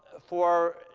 for,